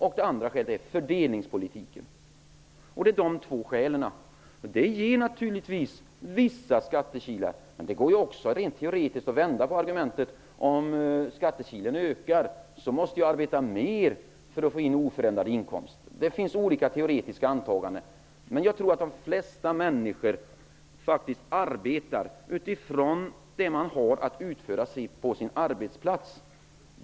Det andra skälet är fördelningspolitiken. Detta ger naturligtvis vissa skattekilar. Men det går att rent teoretiskt vända på argumentet. Om skattekilen ökar måste jag arbeta mer för att få in oförändrade inkomster. Det finns olika teoretiska antaganden. Men jag tror att de flesta människor faktiskt arbetar utifrån det man har att utföra på sin arbetsplats.